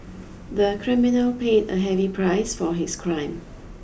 the criminal paid a heavy price for his crime